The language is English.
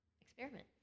Experiment